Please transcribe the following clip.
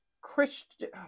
Christian